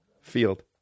field